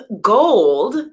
gold